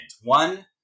One